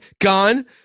gone